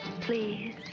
please